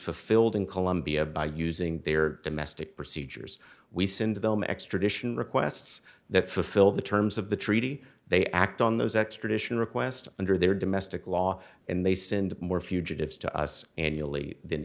fulfilled in colombia by using their domestic procedures we send them extradition requests that fulfill the terms of the treaty they act on those extradition request under their domestic law and they send more fugitives to us annually than